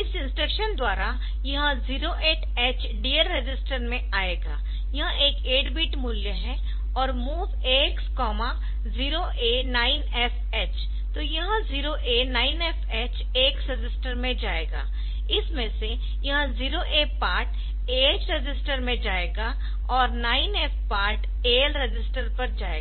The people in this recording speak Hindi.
इस इंस्ट्रक्शन द्वारा यह 08 H DL रजिस्टर में आएगा यह एक 8 बिट मूल्य है और MOV AX 0A9FH तो यह 0A9FH AX रजिस्टर में आएगा इसमें से यह 0A पार्ट AH रजिस्टर में जाएगा और 9F पार्ट AL रजिस्टर पर जाएगा